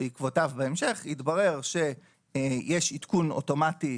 ובעקבותיו בהמשך התברר שיש עדכון אוטומטי